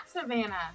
Savannah